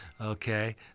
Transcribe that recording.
Okay